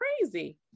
crazy